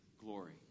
glory